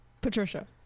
Patricia